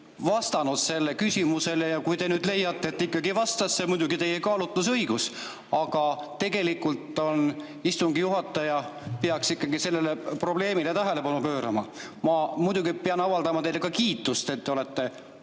vastanud sellele küsimusele. Te ehk leiate, et ta ikkagi vastas – see on muidugi teie kaalutlusõigus –, aga tegelikult peaks istungi juhataja sellele probleemile tähelepanu pöörama. Ma muidugi pean avaldama teile ka kiitust, et te olete